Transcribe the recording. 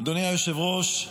אדוני היושב-ראש,